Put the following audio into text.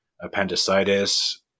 appendicitis